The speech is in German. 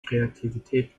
kreativität